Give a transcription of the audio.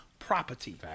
Property